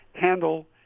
handle